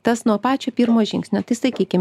tas nuo pačio pirmo žingsnio tai sakykim